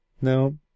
No